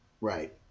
Right